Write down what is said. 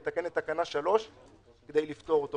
לתקן את תקנה 3 כדי לפטור אותו.